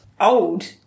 Old